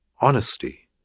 Honesty